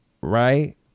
right